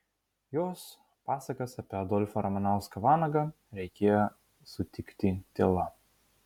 jos pasakas apie adolfą ramanauską vanagą reikėjo sutikti tyla